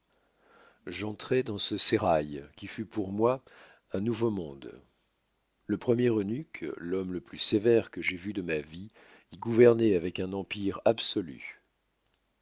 j'entrai dans ce sérail qui fut pour moi un nouveau monde le premier eunuque l'homme le plus sévère que j'aie vu de ma vie y gouvernoit avec un empire absolu